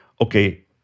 okay